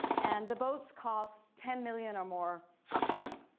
and the boats costs ten million or more upwards.